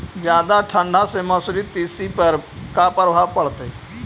जादा ठंडा से मसुरी, तिसी पर का परभाव पड़तै?